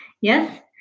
Yes